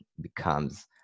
becomes